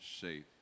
safe